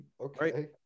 okay